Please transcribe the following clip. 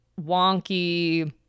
wonky